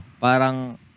Parang